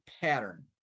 pattern